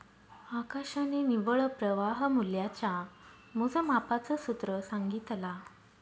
आकाशने निव्वळ प्रवाह मूल्याच्या मोजमापाच सूत्र सांगितला